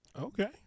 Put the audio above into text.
okay